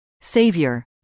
Savior